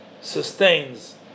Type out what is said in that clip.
sustains